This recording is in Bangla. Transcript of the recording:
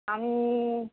উম